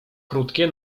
krótkie